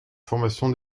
formation